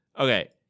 okay